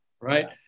right